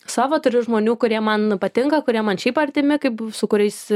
savo turiu žmonių kurie man patinka kurie man šiaip artimi kaip su kuriais